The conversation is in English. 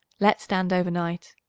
let stand over night.